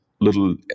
little